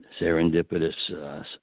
serendipitous